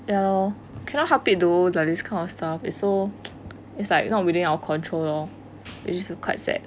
ya lor cannot help it though like this kind of stuff it's so it's like not within our control lor which is quite sad